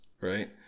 right